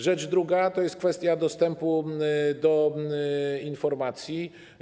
Rzecz druga to jest kwestia dostępu do informacji.